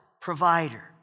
provider